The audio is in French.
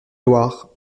loire